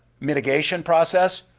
mitigation process.